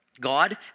God